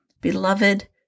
Beloved